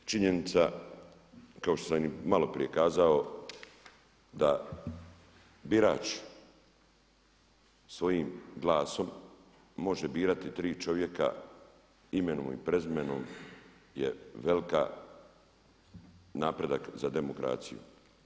Činjenica kao što sam i maloprije kazao da birač svojim glasom može birati 3 čovjeka imenom i prezimenom je veliki napredak za demokraciju.